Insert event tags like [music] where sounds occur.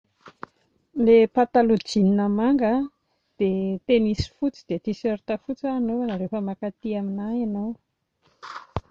[noise] Ilay pataloha jean manga, dia tennis fotsy, dia T-shirt fotsy hoa anaovana rehefa mankaty aminà ianao.